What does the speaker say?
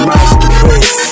Masterpiece